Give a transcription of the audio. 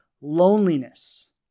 loneliness